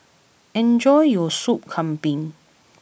enjoy your Sop Kambing